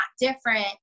different